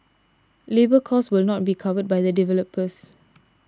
labour cost will not be covered by the developers